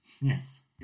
Yes